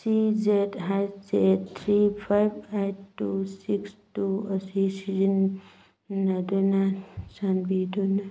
ꯁꯤ Z H Z three five eight two six two ꯑꯁꯤ ꯁꯤꯖꯤꯟꯅꯗꯨꯅ ꯆꯥꯟꯕꯤꯗꯨꯅ